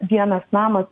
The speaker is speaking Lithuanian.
vienas namas